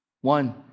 One